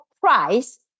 price